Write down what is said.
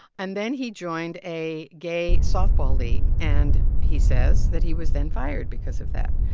and then he joined a gay softball league, and he says that he was then fired because of that.